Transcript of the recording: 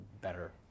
better